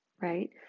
right